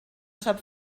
sap